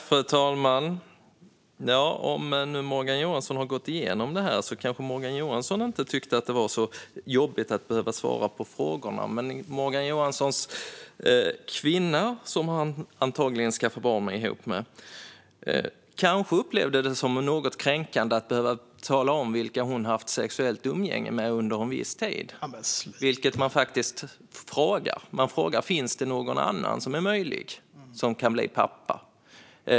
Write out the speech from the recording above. Fru talman! Morgan Johansson har alltså gått igenom detta, och Morgan Johansson kanske inte tyckte att det var så jobbigt att behöva svara på frågorna. Men Morgan Johanssons kvinna, som han antagligen skaffade barn ihop med, kanske upplevde det som något kränkande att behöva tala om vilka hon haft sexuellt umgänge med under en viss tid. : Men sluta!) Det frågar man faktiskt. Man frågar: Finns det någon annan möjlig pappa?